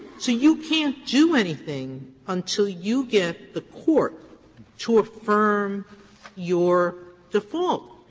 so you can't do anything until you get the court to affirm your default.